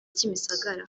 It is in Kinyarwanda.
kimisagara